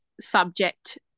subject